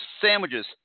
sandwiches